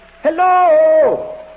Hello